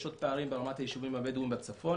יש עוד פערים ברמת היישובים הבדואים בצפון,